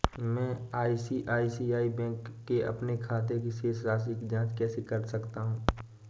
मैं ICICI bank के अपने खाते की शेष राशि की जाँच कैसे कर सकता हूँ?